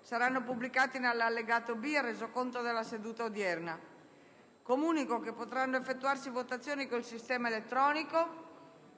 saranno pubblicati nell'allegato B al Resoconto della seduta odierna. Preannunzio di votazioni mediante procedimento elettronico